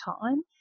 time